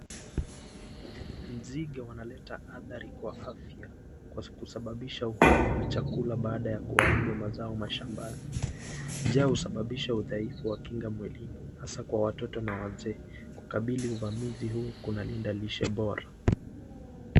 Nzige wanaleta athari kwa afya kwa kusababisha uhaba wa chakula baada ya kuharibu mazao mashambani. Njaa husababisha udhaifu wa kinga mwilini hasa kwa watoto na wazee. Kukabili uvamizi huu kunalinda lishe bora.